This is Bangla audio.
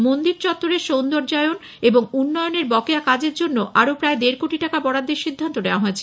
মন্দির চত্বরের সৌন্দর্যায়ন এবং উন্নয়নের বকেয়া কাজের জন্য আরো প্রায় দেড় কোটি টাকা বরাদ্দের সিদ্ধান্ত নেওয়া হয়েছে